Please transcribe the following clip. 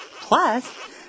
Plus